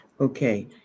Okay